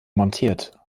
montiert